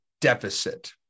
deficit